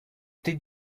did